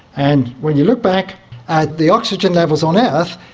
and when you look back at the oxygen levels on earth,